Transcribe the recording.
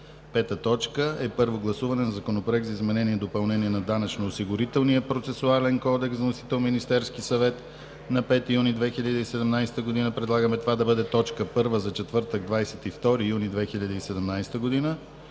2017 г. 5. Първо гласуване на Законопроекта за изменение и допълнение на данъчно-осигурителния процесуален кодекс. Вносител е Министерският съвет на 5 юни 2017 г. Предлагаме това да бъде точка първа за четвъртък, 22 юни 2017 г.